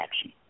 action